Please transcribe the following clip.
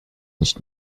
nicht